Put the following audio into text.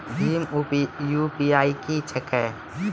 भीम UPI की छीके?